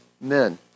men